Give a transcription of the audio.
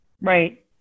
right